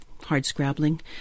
hard-scrabbling